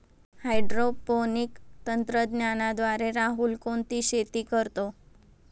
Hydroponics तंत्रज्ञानाद्वारे राहुल कोणती शेती करतो?